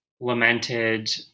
lamented